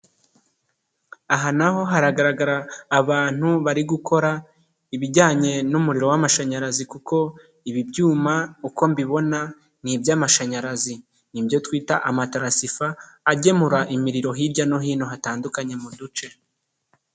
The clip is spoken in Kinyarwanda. Aha naho haragaragara abantu bari gukora ibijyanye n'umuriro w'amashanyarazi, kuko ibi byuma uko mbibona ni iby'amashanyarazi. Ni ibyo twita amataransifa agemura imiriro hirya no hino hatandukanye mu duce.